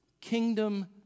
kingdom